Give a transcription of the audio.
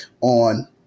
on